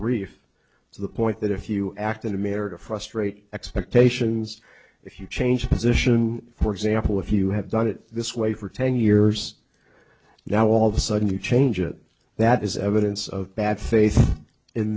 to the point that if you act in america frustrate expectations if you change position for example if you have done it this way for ten years now all of the sudden you change it that is evidence of bad fa